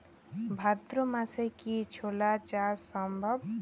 ভাদ্র মাসে কি ছোলা চাষ সম্ভব?